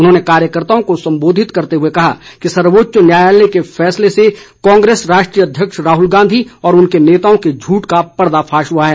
उन्होंने कार्यकर्ताओं को संबोधित करते हुए कहा कि सर्वोच्च न्यायालय के फैसले से कांग्रेस राष्ट्रीय अध्यक्ष राहुल गांधी व उनके नेताओं के झूठ का पर्दाफाश हुआ है